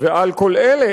ועל כל אלה,